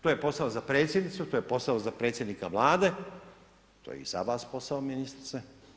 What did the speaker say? To je posao za predsjednicu, to je posao za predsjednika Vlade, to je i za vas posao ministrice.